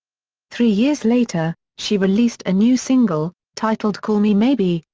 three years later, she released a new single, titled call me maybe,